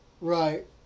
Right